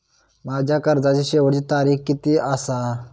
माझ्या कर्जाची शेवटची तारीख किती आसा?